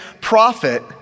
prophet